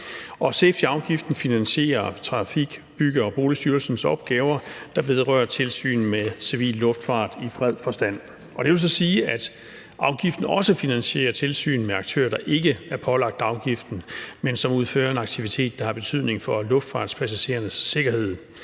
Safetyafgiften finansierer de af Trafik-, Bygge- og Boligstyrelsens opgaver, der vedrører tilsyn med civil luftfart i bred forstand. Og det vil så sige, at afgiften også finansierer tilsyn med aktører, der ikke er pålagt afgiften, men som udfører en aktivitet, der har betydning for luftfartspassagerernes sikkerhed.